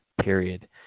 period